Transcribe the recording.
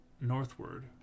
northward